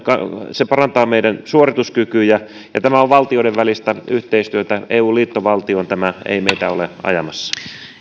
se parantaa meidän suorituskykyjämme ja tämä on valtioiden välistä yhteistyötä eu liittovaltioon tämä ei meitä ole ajamassa